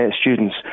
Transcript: students